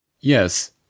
Yes